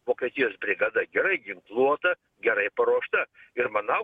vokietijos brigada gerai ginkluota gerai paruošta ir manau